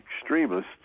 extremists